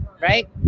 right